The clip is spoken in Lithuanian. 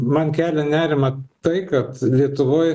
man kelia nerimą tai kad lietuvoj